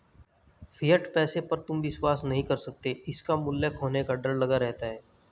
fiat पैसे पर तुम विश्वास नहीं कर सकते इसका मूल्य खोने का डर लगा रहता है